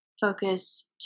focus